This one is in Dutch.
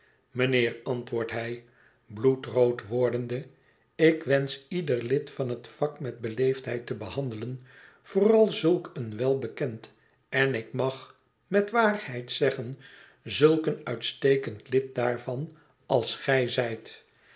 mijnheer antwoordt hij bloedrood wordende ik wensch ieder lid van het vak met beleefdheid te behandelen vooral zulk een welbekend en ik mag met waarheid zeggen zulk een uitstekend lid daarvan als gij